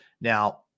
Now